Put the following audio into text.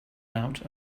out